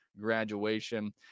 graduation